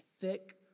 Thick